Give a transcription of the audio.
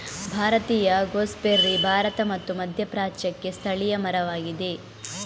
ಭಾರತೀಯ ಗೂಸ್ಬೆರ್ರಿ ಭಾರತ ಮತ್ತು ಮಧ್ಯಪ್ರಾಚ್ಯಕ್ಕೆ ಸ್ಥಳೀಯ ಮರವಾಗಿದೆ